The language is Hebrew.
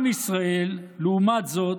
עם ישראל, לעומת זאת,